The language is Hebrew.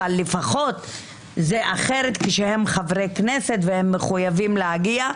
אבל זה אחרת כשהם חברי כנסת והם מחויבים להגיע,